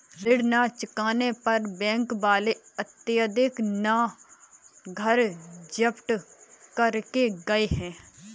ऋण ना चुकाने पर बैंक वाले आदित्य का घर जब्त करके गए हैं